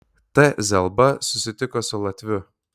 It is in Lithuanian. t zelba susitiko su latviu